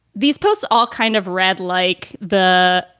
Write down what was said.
these posts all kind of read like the,